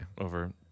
over